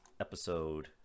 episode